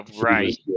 Right